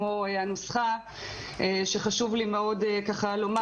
כמו הנוסחה שחשוב לי מאוד לומר,